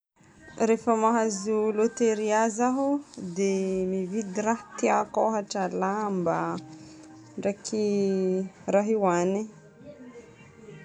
Rehefa mahazo lôteria zaho dia mividy raha tiako ôhatra lamba, ndraiky raha hohagny.